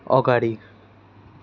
अगाडि